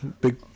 big